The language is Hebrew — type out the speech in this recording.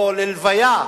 או ללוויה,